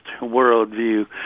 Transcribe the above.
worldview